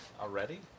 Already